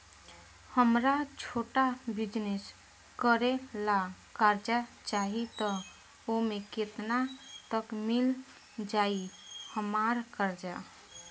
हमरा छोटा बिजनेस करे ला कर्जा चाहि त ओमे केतना तक मिल जायी हमरा कर्जा?